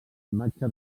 imatge